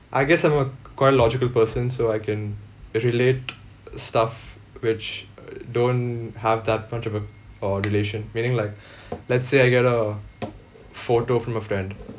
I guess I'm a quite a logical person so I can relate stuff which uh don't have that much of a uh relation meaning like let's say I get a photo from a friend